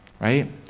right